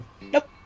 nope